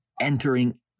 entering